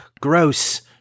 Gross